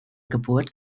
geburt